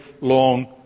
long